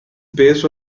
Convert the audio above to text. based